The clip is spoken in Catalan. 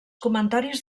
comentaris